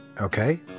Okay